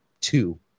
two